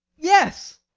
yes!